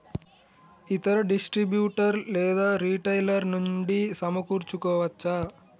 ఇతర డిస్ట్రిబ్యూటర్ లేదా రిటైలర్ నుండి సమకూర్చుకోవచ్చా?